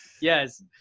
yes